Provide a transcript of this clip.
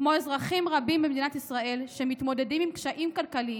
כמו אזרחים רבים במדינת ישראל שמתמודדים עם קשיים כלכליים,